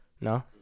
No